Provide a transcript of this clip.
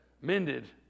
mended